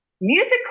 Music